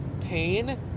pain